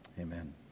Amen